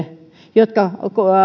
jotka